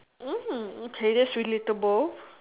mm okay that's relatable